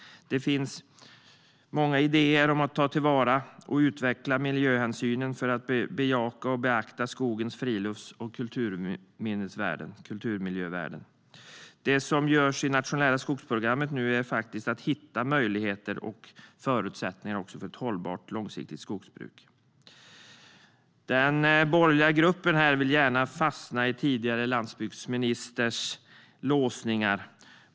Det finns många idéer om att ta till vara och utveckla miljöhänsynen för att bejaka och beakta skogens frilufts och kulturmiljövärden. Det som görs i det nationella skogsprogrammet är att hitta möjligheter och förutsättningar för ett hållbart, långsiktigt skogsbruk. Den borgerliga gruppen vill gärna fastna i den tidigare landsbygdsministerns låsningar.